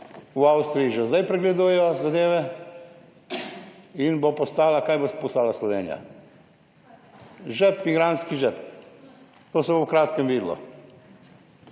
V Avstriji že zdaj pregledujejo zadeve in kaj bo postala Slovenija - migrantski žep. To se bo v kratkem videlo.